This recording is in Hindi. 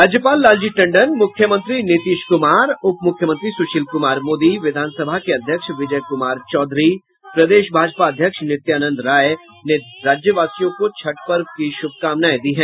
राज्यपाल लालजी टंडन मुख्यमंत्री नीतीश कुमार उपमुख्यमंत्री सुशील कुमार मोदी विधान सभा के अध्यक्ष विजय कुमार चौधरी प्रदेश भाजपा अध्यक्ष नित्यानंद राय ने राज्यवासियों को छठ पर्व की शुभकामनाएं दी है